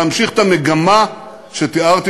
להמשיך את המגמה שתיארתי,